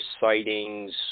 sightings